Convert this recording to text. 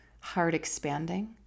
heart-expanding